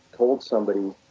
told somebody,